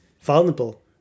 vulnerable